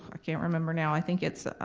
i can't remember now, i think it's